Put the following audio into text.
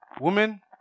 Woman